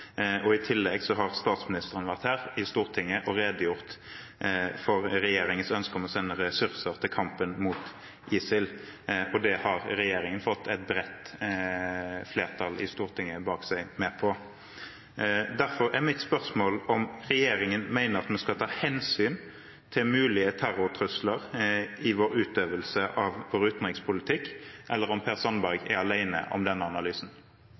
og i tillegg har statsministeren vært her i Stortinget og redegjort for regjeringens ønske om å sende ressurser til kampen mot ISIL. Det har regjeringen fått med seg et bredt flertall i Stortinget på. Derfor er mitt spørsmål om regjeringen mener at vi skal ta hensyn til mulige terrortrusler i utøvelsen av vår utenrikspolitikk, eller om Per Sandberg er alene om denne analysen.